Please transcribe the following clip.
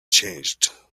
changed